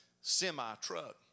semi-truck